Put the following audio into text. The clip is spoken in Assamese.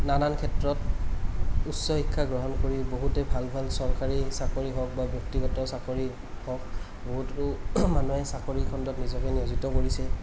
নানান ক্ষেত্ৰত উচ্চ শিক্ষা গ্ৰহণ কৰি বহুতে ভাল ভাল চৰকাৰী চাকৰি হওক বা ব্য়ক্তিগত চাকৰি হওক বহুতো মানুহে চাকৰি খণ্ডত নিজকে নিয়োজিত কৰিছে